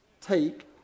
take